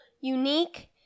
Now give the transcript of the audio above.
unique